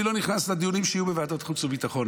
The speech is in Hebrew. אני לא נכנס לדיונים שיהיו בוועדת חוץ וביטחון.